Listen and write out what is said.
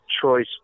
choice